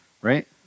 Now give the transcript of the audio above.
right